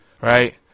right